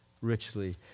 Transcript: richly